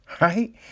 Right